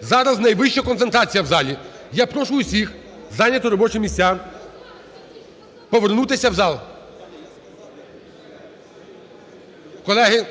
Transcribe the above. Зараз найвища концентрація в залі. Я прошу всіх зайняти робочі місця, повернутися в зал. Колеги,